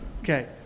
Okay